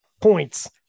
points